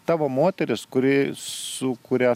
tavo moteris kuri sukuria